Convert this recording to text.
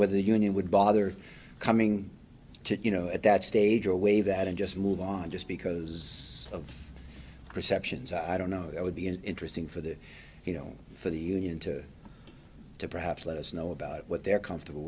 whether the union would bother coming to you know at that stage away that and just move on just because of perceptions i don't know it would be interesting for the you know for the union to to perhaps let us know about what they're comfortable